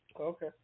Okay